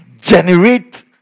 generate